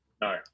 no